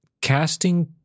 Casting